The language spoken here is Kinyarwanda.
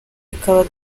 bikaba